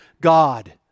God